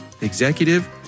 executive